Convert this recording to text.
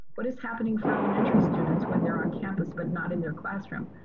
what is happening for elementary students when they're on campus but not in their classroom?